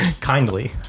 kindly